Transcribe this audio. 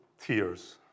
tears